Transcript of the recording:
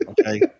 okay